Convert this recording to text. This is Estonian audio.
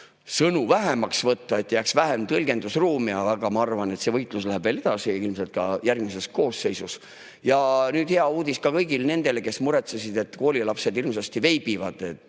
sõnu vähemaks võtta, et jääks vähem tõlgendusruumi. Aga ma arvan, et see võitlus läheb veel edasi ilmselt ka järgmises koosseisus. Ja nüüd hea uudis ka kõigile nendele, kes muretsesid, et koolilapsed hirmsasti veibivad.